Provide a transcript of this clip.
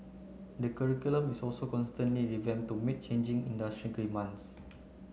the curriculum is also constantly to meet changing industry demands